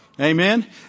Amen